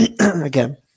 Again